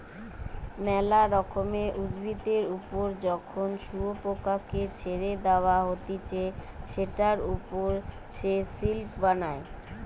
মেলা রকমের উভিদের ওপর যখন শুয়োপোকাকে ছেড়ে দেওয়া হতিছে সেটার ওপর সে সিল্ক বানায়